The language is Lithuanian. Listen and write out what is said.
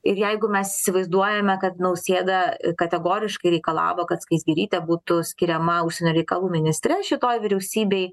ir jeigu mes įsivaizduojame kad nausėda kategoriškai reikalavo kad skaisgirytė būtų skiriama užsienio reikalų ministre šitoj vyriausybėj